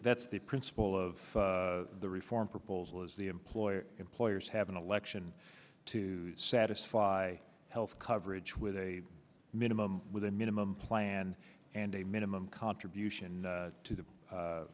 that's the principle of the reform proposal is the employer employers have an election to satisfy health coverage with a minimum with a minimum plan and a minimum contribution to the